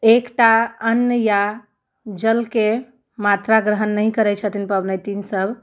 एकटा अन्न या जलके मात्रा ग्रहण नहि करैत छथिन पबनैतिन सभ